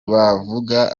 bavuga